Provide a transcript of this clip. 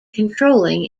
controlling